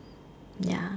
ya